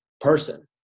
person